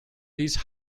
these